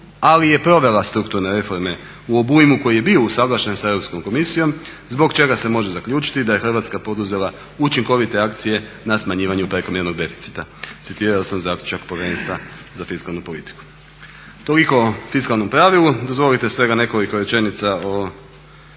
ali je provela strukturne reforme u obujmu koji je bio usuglašen sa Europskom komisijom zbog čega se može zaključiti da je Hrvatska poduzela učinkovite akcije na smanjivanju prekovremenog deficita. Citirao sam zaključak Povjerenstva za fiskalnu politiku. Toliko o fiskalnom pravilu. Dozvolite svega nekoliko rečenica o,